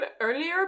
earlier